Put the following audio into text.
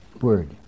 word